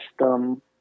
system